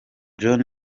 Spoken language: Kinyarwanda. john